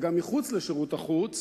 וגם מחוץ לשירות החוץ,